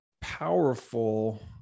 powerful